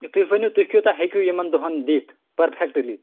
ہَے تُہۍ ؤنِو تُہۍ کۭتیٛاہ ہیٚکِو یِمَن دۄہَن دِتھ پٔرفٮ۪کٹٕلی